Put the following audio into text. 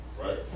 right